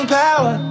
power